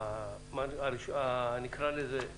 נקרא לזה,